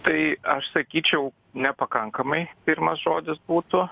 tai aš sakyčiau nepakankamai pirmas žodis būtų